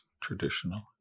traditional